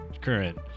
current